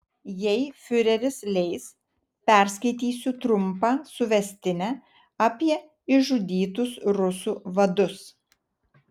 jei fiureris leis perskaitysiu trumpą suvestinę apie išžudytus rusų vadus